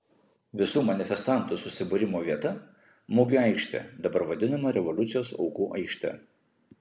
visų manifestantų susibūrimo vieta mugių aikštė dabar vadinama revoliucijos aukų aikšte